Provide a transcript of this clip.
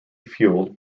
fueled